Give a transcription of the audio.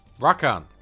Rakan